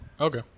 okay